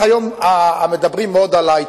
שראה בסקרים שזה נושא טוב,